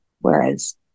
whereas